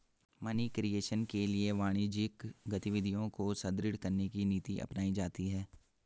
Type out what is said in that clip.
money creation के लिए वाणिज्यिक गतिविधियों को सुदृढ़ करने की नीति अपनाई जाती है